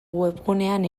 webgunean